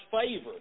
favor